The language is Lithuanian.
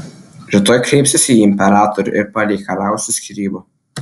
rytoj kreipsiuosi į imperatorių ir pareikalausiu skyrybų